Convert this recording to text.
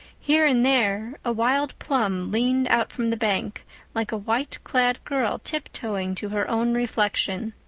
here and there a wild plum leaned out from the bank like a white-clad girl tip-toeing to her own reflection.